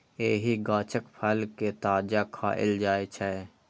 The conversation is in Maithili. एहि गाछक फल कें ताजा खाएल जाइ छै